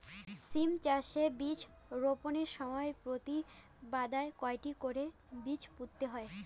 সিম চাষে বীজ বপনের সময় প্রতি মাদায় কয়টি করে বীজ বুনতে হয়?